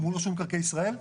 מול רשות מקרקעי ישראל?